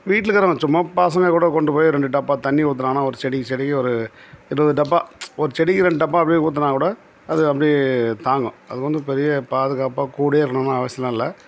வீட்டில் இருக்கிறவங்க சும்மா பசங்கள் கூட கொண்டு போய் ரெண்டு டப்பா தண்ணி ஊற்றுனானா ஒரு செடிக்கு செடிக்கு ஒரு இருபது டப்பா ஒரு செடிக்கு ரெண்டு டப்பா அப்படி ஊற்றுனா கூட அது அப்படியே தாங்கும் அது வந்து பெரிய பாதுகாப்பாக கூடயே இருக்கணுன்னு அவசியலாம் இல்லை